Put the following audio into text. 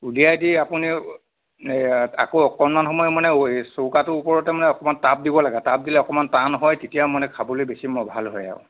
উলিয়াই দি আপুনি হেয়াত আকৌ অকণমান সময় মানে চৌকাটোৰ ওপৰতে মানে অকণমান টাপ দিব লাগে টাপ দিলে অকণমান টান হয় তেতিয়া মানে খাবলৈ বেছি ভাল হয় আৰু